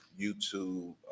YouTube